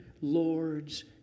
Lord's